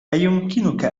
أيمكنك